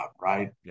right